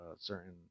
certain